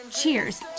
cheers